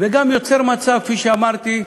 וגם יוצר מצב, כפי שאמרתי,